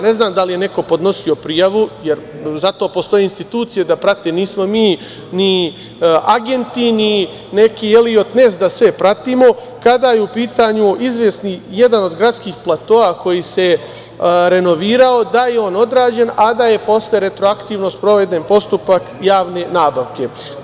Ne znam da li je neko podnosio prijavu, jer zato postoje institucije da prate, nismo mi ni agenti, ni neki Eliot Nes da sve pratimo, kada je u pitanju jedan od gradskih platoa koji se renovirao, da je on odrađen, a da je posle retroaktivno sproveden postupak javne nabavke.